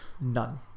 None